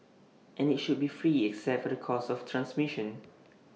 and IT should be free except for the cost of transmission